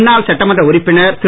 முன்னாள் சட்டமன்ற உறுப்பினர் திரு